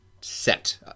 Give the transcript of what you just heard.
set